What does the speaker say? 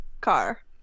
car